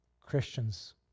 Christians